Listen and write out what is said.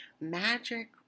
magic